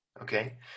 Okay